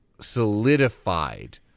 solidified